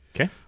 okay